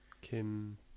Kim